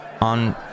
On